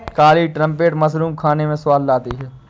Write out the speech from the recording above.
काली trumpet mushroom खाने में स्वाद लाती है